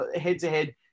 Head-to-head